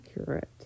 accurate